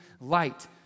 light